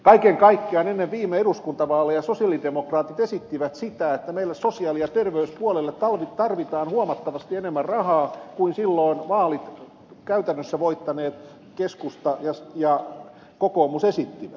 kaiken kaikkiaan ennen viime eduskuntavaaleja sosialidemokraatit esittivät sitä että meillä sosiaali ja terveyspuolelle tarvitaan huomattavasti enemmän rahaa kuin silloin vaalit käytännössä voittaneet keskusta ja kokoomus esittivät